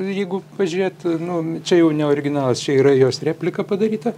jeigu pažiūrėt nu čia jau ne originalas čia yra jos replika padaryta